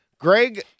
Greg